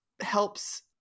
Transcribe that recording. helps